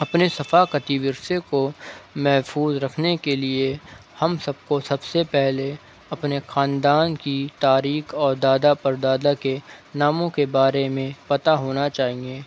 اپنے ثقافتی ورثہ کو محفوظ رکھنے کے لیے ہم سب کو سب سے پہلے اپنے خاندان کی تاریخ اور دادا پردادا کے ناموں کے بارے میں پتہ ہونا چاہیے